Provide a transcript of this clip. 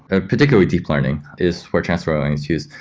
ah particularly deep learning is where transferring is used.